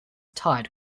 tired